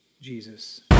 Jesus